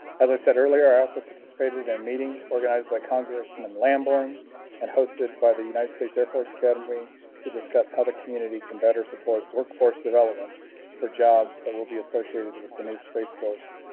as i said earlier, i also participated in um meeting. organized by congressman lamborn and hosted by the united states air force academy to discuss how the community can better support workforce development for jobs that will be associated with the new spaceforce,